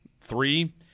Three